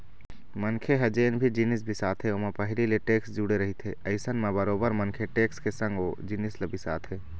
मनखे ह जेन भी जिनिस बिसाथे ओमा पहिली ले टेक्स जुड़े रहिथे अइसन म बरोबर मनखे टेक्स के संग ओ जिनिस ल बिसाथे